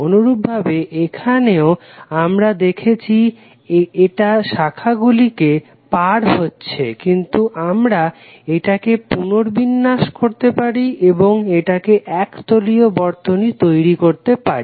অনুরূপভাবে এখানেও আমরা দেখেছি এটা শাখাগুলিকে পার হচ্ছে কিন্তু আমরা এটাকে পুনর্বিন্যাস করতে পারি এবং এটা এক তলীয় বর্তনী তৈরি করতে পারি